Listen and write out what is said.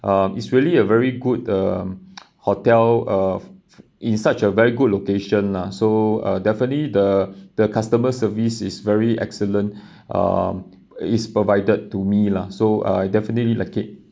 um it's really a very good um hotel uh in such a very good location lah so uh definitely the the customer service is very excellent um is provided to me lah so I definitely like it